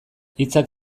hitzak